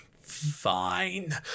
fine